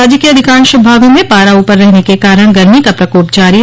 राज्य के अधिकांश भागों में पारा ऊपर रहने के कारण गर्मी का प्रकोप जारी है